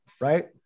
right